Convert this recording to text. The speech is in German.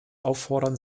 auffordern